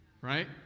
right